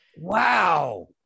wow